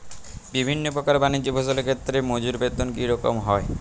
বিভিন্ন প্রকার বানিজ্য ফসলের ক্ষেত্রে মজুর বেতন কী রকম হয়?